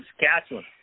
Saskatchewan